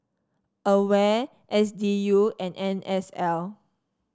Aware S D U and N S L